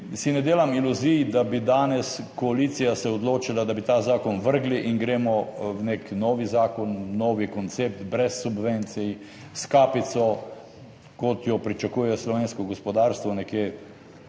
ne delam iluzij, da bi se danes koalicija odločila, da bi ta zakon vrgli in gremo v nek nov zakon, nov koncept brez subvencij, s kapico, kot jo pričakuje slovensko gospodarstvo, gospod